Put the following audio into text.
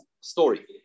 story